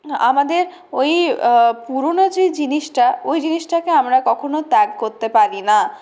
আমাদের ওই পুরনো যে জিনিসটা ওই জিনিসটাকে আমরা কখনও ত্যাগ করতে পারি না